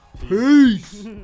Peace